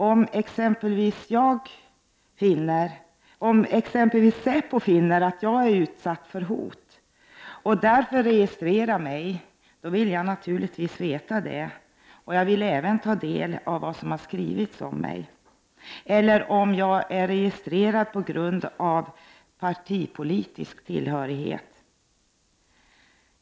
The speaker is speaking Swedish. Om t.ex. SÄPO finner att jag är utsatt för hot och därför registrerar mig, vill jag naturligtvis veta det. Jag vill även ta del av det som har skrivits om mig. Detsamma gäller om jag registrerats på grund av partipolitisk tillhörighet.